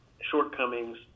shortcomings